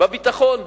בביטחון,